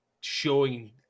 showing